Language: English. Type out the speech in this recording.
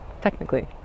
technically